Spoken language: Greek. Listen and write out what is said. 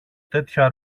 τέτοια